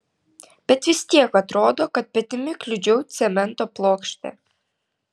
bet vis tiek atrodo kad petimi kliudžiau cemento plokštę